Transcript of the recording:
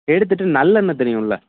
எடுத்துட்டு நல்லெண்ணெய் தெரியுமில்ல